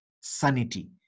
sanity